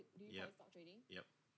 yup yup